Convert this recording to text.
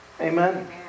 Amen